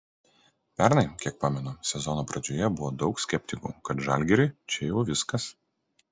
pernai kiek pamenu sezono pradžioje buvo daug skeptikų kad žalgiriui čia jau viskas